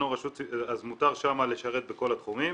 אז מותר שם לשרת בכל התחומים,